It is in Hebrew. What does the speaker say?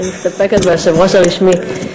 אני מסתפקת ביושב-ראש הרשמי.